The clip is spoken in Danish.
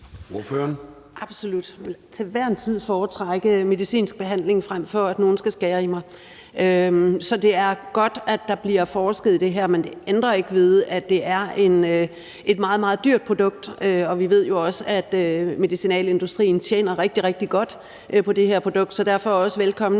Absolut. Jeg vil til hver en tid foretrække medicinsk behandling frem for, at nogen skal skære i mig. Så det er godt, at der bliver forsket i det her, men det ændrer ikke ved, at det er et meget, meget dyrt produkt, og vi ved jo også, at medicinalindustrien tjener rigtig, rigtig godt på det her produkt. Derfor hilser